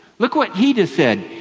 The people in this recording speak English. look what he just said.